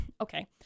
okay